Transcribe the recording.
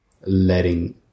letting